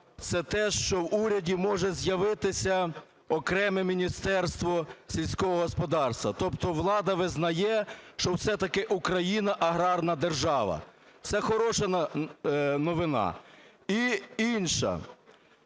це те, що в уряді може з'явитися окреме Міністерство сільського господарства. Тобто влада визнає, що все-таки Україна аграрна держава. Це хороша новина. І інша,